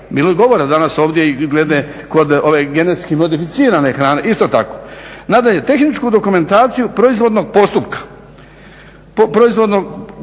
bilo je govora danas ovdje glede kod ove genetski modificirane hrane isto tako. Nadalje, tehničku dokumentaciju proizvodnog postupka. I